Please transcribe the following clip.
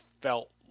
felt